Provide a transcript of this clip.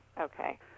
Okay